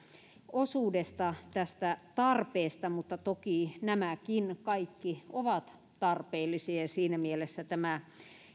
osuudesta tästä tarpeesta mutta toki nämäkin kaikki ovat tarpeellisia ja siinä mielessä tämä